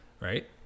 right